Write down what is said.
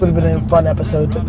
been a fun episode.